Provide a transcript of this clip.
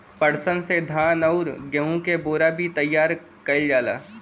पटसन से धान आउर गेहू क बोरा भी तइयार कइल जाला